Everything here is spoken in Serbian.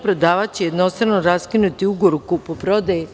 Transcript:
Prodavac će jednostrano raskinuti ugovor o kupoprodaji.